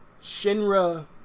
Shinra